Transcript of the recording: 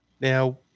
Now